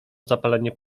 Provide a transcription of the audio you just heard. zapalenie